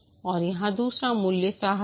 और यहाँ दूसरा मूल्य साहस है